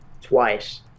twice